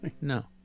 no